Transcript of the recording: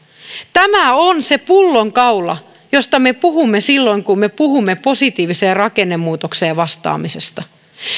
tämä on se pullonkaula josta puhumme silloin kun me puhumme positiiviseen rakennemuutokseen vastaamisesta